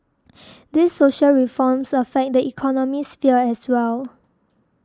these social reforms affect the economic sphere as well